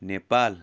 Nepal